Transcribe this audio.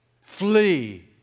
flee